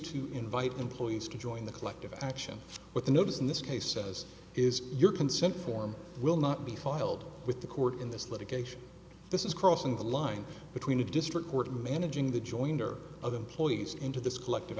to invite employees to join the collective action with the notice in this case says is your consent form will not be filed with the court in this litigation this is crossing the line between a district court managing the joinder of employees into this collective